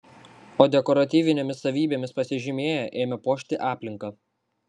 o dekoratyvinėmis savybėmis pasižymėję ėmė puošti aplinką